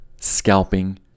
scalping